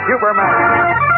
Superman